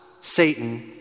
Satan